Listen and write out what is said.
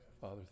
Father